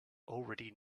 already